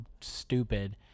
stupid